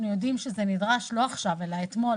יודעים שזה נדרש לא עכשיו אלא אתמול,